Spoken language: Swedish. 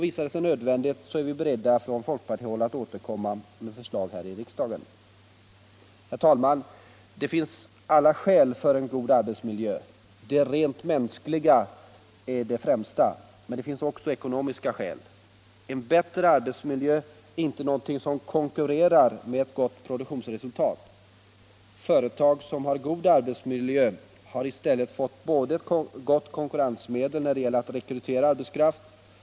Visar det sig nödvändigt, är vi beredda från folkpartihåll att återkomma med förslag här i riksdagen. Herr talman! Det finns alla skäl för att man skall ha en god arbetsmiljö. De rent mänskliga är självfallet de främsta. men det finns även ekonomiska skäl. En bättre arbetsmiljö är inte någonting som konkurrerar med ett gott produktionsresultat. Företag som har god arbetsmiljö har i stället fått ett bra konkurrensmedel när det gäller att rekrytera arbetskraft.